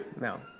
no